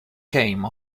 came